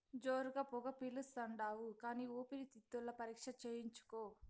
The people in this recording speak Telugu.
జోరుగా పొగ పిలిస్తాండావు కానీ ఊపిరితిత్తుల పరీక్ష చేయించుకో